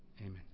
Amen